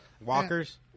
walkers